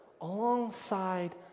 alongside